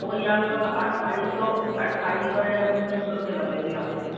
तो वही आपका अट्ठाईस सौ अट्ठाईस सौ या उनतीस सौ रुपये लगेंगे आप के